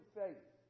faith